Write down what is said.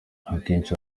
akenshi